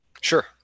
Sure